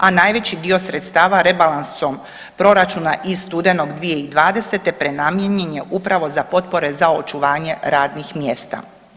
A najveći dio sredstava rebalansom proračuna iz studenog 2020. prenamijenjen je upravo za potpore za očuvanje radnih mjesta.